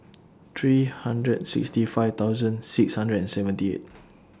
three hundred sixty five thousand six hundred and seventy eight